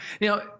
now